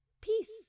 peace